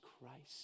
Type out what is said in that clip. Christ